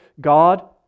God